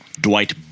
Dwight